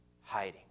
hiding